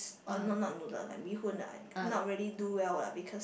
oh not not noodle like bee hoon lah not really do well lah